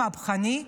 מהפכני,